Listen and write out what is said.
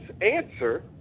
answer